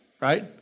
right